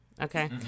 Okay